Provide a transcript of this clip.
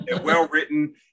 well-written